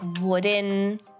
wooden